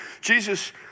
Jesus